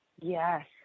Yes